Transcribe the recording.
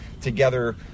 together